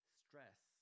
stress